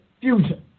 fusion